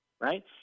right